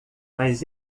mas